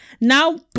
now